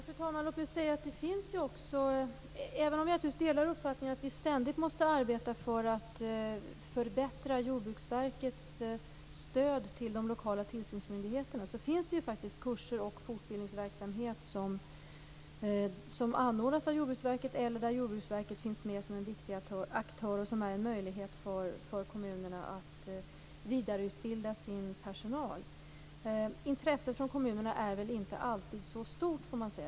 Fru talman! Även om jag naturligtvis delar uppfattningen att vi ständigt måste arbeta för att förbättra Jordbruksverkets stöd till de lokala tillsynsmyndigheterna finns det faktiskt kurser och fortbildningsverksamhet som anordnas av Jordbruksverket eller där Jordbruksverket finns med som en viktig aktör och som är en möjlighet för kommunerna att vidareutbilda sin personal. Intresset från kommunerna är inte alltid så stort.